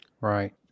Right